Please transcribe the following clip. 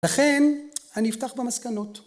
לכן אני אפתח במסקנות